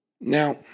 Now